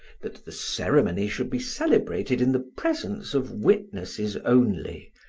that the ceremony should be celebrated in the presence of witnesses only,